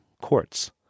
courts